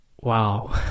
wow